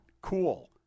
cool